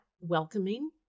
welcoming